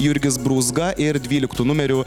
jurgis brūzga ir dvyliktu numeriu